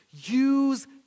Use